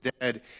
dead